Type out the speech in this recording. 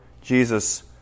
Jesus